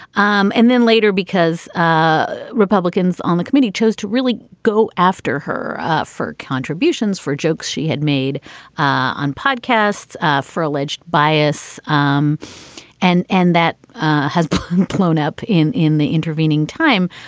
um and then later because ah republicans on the committee chose to really go after her for contributions, for jokes she had made on podcasts for alleged bias. um and and that has blown up in in the intervening time.